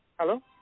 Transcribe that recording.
Hello